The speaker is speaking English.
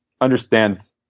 understands